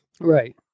Right